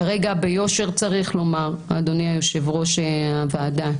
כרגע ביושר צריך לומר, אדוני יושב-ראש הוועדה,